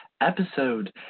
episode